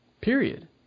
Period